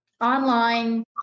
online